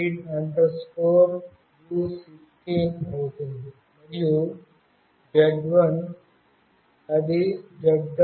read u16 అవుతుంది మరియు z1 అది z